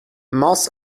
mars